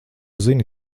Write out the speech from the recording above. zini